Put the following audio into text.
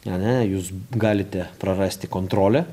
ane jūs galite prarasti kontrolę